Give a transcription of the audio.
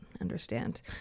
understand